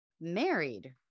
married